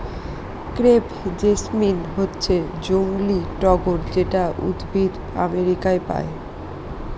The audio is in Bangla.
ক্রেপ জেসমিন হচ্ছে জংলী টগর যেটা উদ্ভিদ আমেরিকায় পায়